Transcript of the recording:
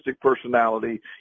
personality